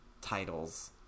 titles